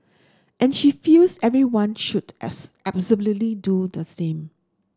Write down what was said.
and she feels everyone should absolutely do the same